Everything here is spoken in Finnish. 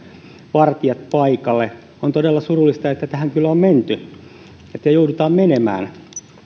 vartijat paikalle on kyllä todella surullista että että tähän on menty että tähän joudutaan menemään